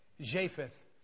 Japheth